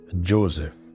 Joseph